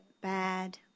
bad